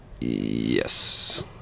Yes